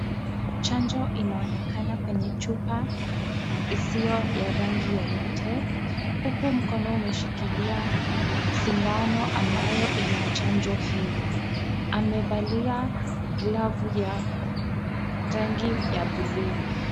Chanjo inaonekana kwenye chupa isiyo ya rangi yoyote huku mkono umeshikilia sindano ambayo ina chanjo hii. Amevalia glavu ya rangi ya bluu.